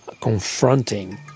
confronting